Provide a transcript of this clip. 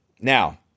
Now